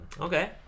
Okay